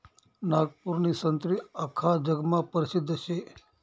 नागपूरनी संत्री आख्खा जगमा परसिद्ध शे